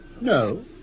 No